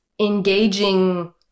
engaging